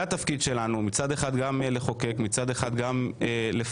התפקיד שלנו הוא גם לחוקק וגם לפקח.